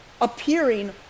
appearing